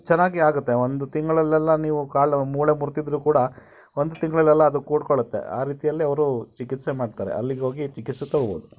ಚೆನ್ನಾಗಿ ಆಗುತ್ತೆ ಒಂದು ತಿಂಗಳಲ್ಲೆಲ್ಲ ನೀವು ಕಾಲು ಮೂಳೆ ಮುರಿದಿದ್ರೂ ಕೂಡ ಒಂದು ತಿಂಗಳಲ್ಲೆಲ್ಲ ಅದು ಕೂಡ್ಕೊಳ್ಳುತ್ತೆ ಆ ರೀತಿಯಲ್ಲಿ ಅವರು ಚಿಕಿತ್ಸೆ ಮಾಡ್ತಾರೆ ಅಲ್ಲಿಗೆ ಹೋಗಿ ಚಿಕಿತ್ಸೆ ತೊಗೋಬೋದು